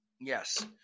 Yes